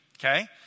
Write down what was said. okay